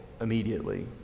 immediately